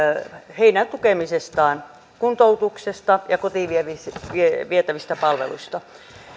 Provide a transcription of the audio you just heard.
heidän tukemisestaan kuntoutuksestaan ja kotiin vietävistä palveluista